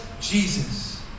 Jesus